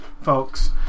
folks